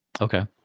Okay